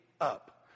up